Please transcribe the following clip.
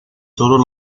todos